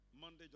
Monday